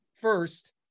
First